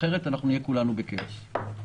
אחרת נהיה כולנו בכאוס.